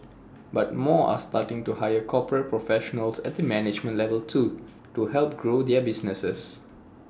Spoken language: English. but more are starting to hire corporate professionals at the management level too to help grow their businesses